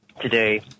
today